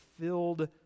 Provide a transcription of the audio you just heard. filled